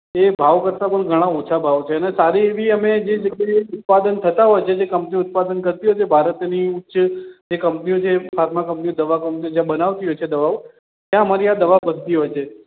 એ ભાવ કરતાં પણ ઘણાં ઓછા ભાવ છે અને સારી એવી અમે જે જગ્યાએ ઉત્પાદન થતાં હોય છે જે કંપની ઉત્પાદન કરતી હોય છે ભારતની ઉચ્ચ જે કંપનીઓ છે ફાર્મા કંપનીઓ દવા કંપનીઓ જે બનાવતી હોય છે દવાઓ ત્યાં અમારી આ દવા બનતી હોય છે